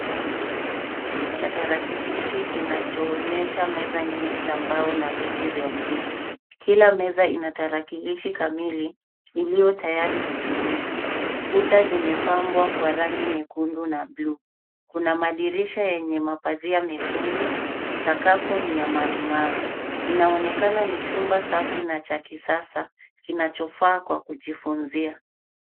Chumba cha tarakilishi kinachoonyesha meza nyingi za mbao na viti vya blue , kila meza ina tarakilishi kamili, ilio tayari kutumika. Kuta zimepambwa kwa rangi nyekundu na blue . Kuna madirisha yenye mapazia mekundu, sakafu ni ya marumaru, inaonekana ni chumba safi na cha kisasa, kinachofaa kwa kujifunzia.